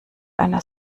einer